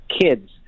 kids